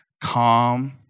calm